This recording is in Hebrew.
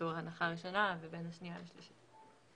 קיצור הנחה ראשונה ובין השנייה ושלישית.